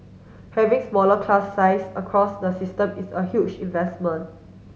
having smaller class size across the system is a huge investment